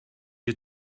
you